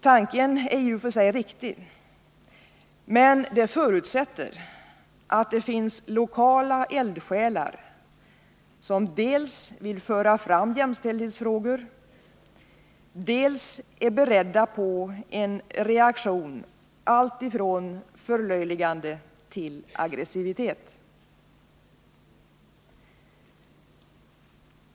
Tanken är i och för sig riktig, men det förutsätter att det finns lokala eldsjälar som dels vill föra fram jämställdhetsfrågor, dels är beredda på en reaktion alltifrån förlöjligande till aggressivitet.